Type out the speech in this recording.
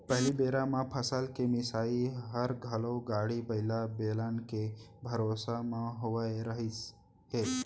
पहिली बेरा म फसल के मिंसाई हर घलौ गाड़ी बइला, बेलन के भरोसा म होवत रहिस हे